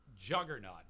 juggernaut